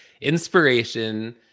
inspiration